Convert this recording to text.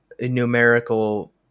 numerical